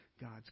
God's